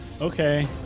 Okay